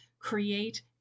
create